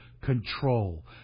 control